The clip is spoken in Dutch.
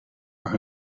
maar